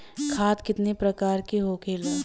खाद कितने प्रकार के होखेला?